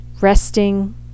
resting